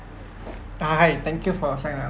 hi thank you for your sign ah